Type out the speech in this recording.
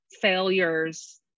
failures